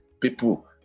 people